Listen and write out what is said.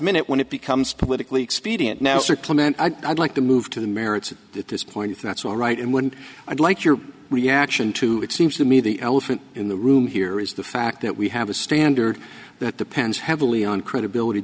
minute when it becomes politically expedient now circle meant i'd like to move to the merits at this point if that's all right and wouldn't i'd like your reaction to it seems to me the elephant in the room here is the fact that we have a standard that depends heavily on credibility